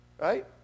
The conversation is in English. Right